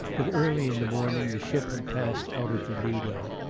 but early in the morning the ship had passed out of the lido.